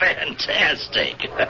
Fantastic